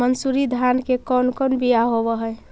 मनसूरी धान के कौन कौन बियाह होव हैं?